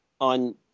On